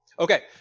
Okay